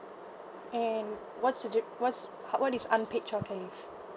and what's the diff~ what's what is unpaid childcare leave